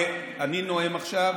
אני נואם עכשיו,